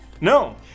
No